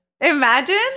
imagine